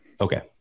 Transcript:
Okay